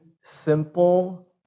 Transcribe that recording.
simple